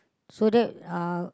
so that uh